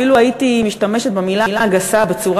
ואפילו הייתי משתמשת במילה הגסה "בצורה